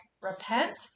repent